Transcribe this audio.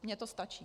Mně to stačí.